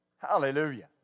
Hallelujah